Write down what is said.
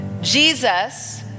Jesus